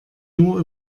nur